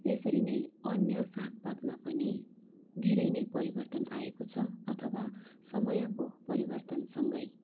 यसरी नै अन्य सागपातमा पनि धेरै नै परिवर्तन आएको छ अथवा समयको परिवर्तनसँगै